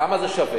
כמה זה שווה?